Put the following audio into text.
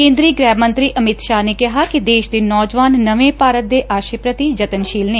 ਕੇਂਦਰੀ ਗ੍ਹਿ ਮੰਤਰੀ ਅਮਿਤ ਸ਼ਾਹ ਨੇ ਕਿਹੈ ਕਿ ਦੇਸ਼ ਦੇ ਨੌਜਵਾਨ ਨਵੇਂ ਭਾਰਤ ਦੇ ਆਸੇ ਪ੍ਰਤੀ ਯਤਨਸ਼ੀਲ ਨੇ